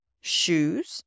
Shoes